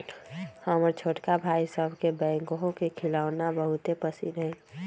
हमर छोटका भाई सभके बैकहो के खेलौना बहुते पसिन्न हइ